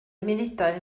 munudau